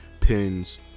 pins